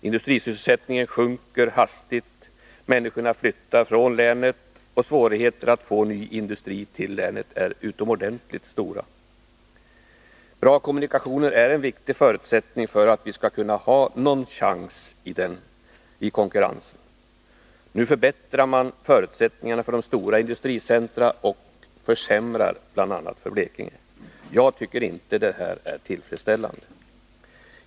Industrisysselsättningen sjunker hastigt, människorna flyttar från länet och svårigheterna att få ny industri till länet är utomordentligt stora. Bra kommunikationer är en viktig förutsättning för att vi skall kunna ha någon chans i konkurrensen. Nu förbättrar man förutsättningarna för de stora industricentra och försämrar bl.a. för Blekinge. Jag tycker inte att det här är tillfredsställande.